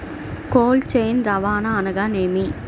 Cold chain రవాణా అనగా నేమి?